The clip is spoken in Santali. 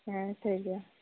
ᱦᱮᱸ ᱴᱷᱤᱠ ᱜᱮᱭᱟ